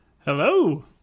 Hello